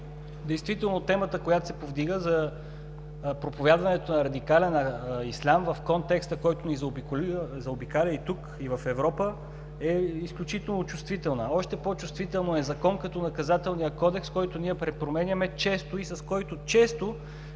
Действително темата, която се повдига – за проповядването на радикален ислям, в контекста, който ни заобикаля и тук, и в Европа, е изключително чувствителна, още по-чувствително е в закон като Наказателния кодекс, който ние често препроменяме и с който често